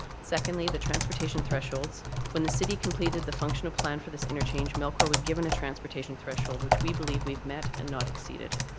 secondly the transportation thresholds when the city completed the function of plan for this interchange melcor was given a transportation threshold which we believe waoet met and not exceeded.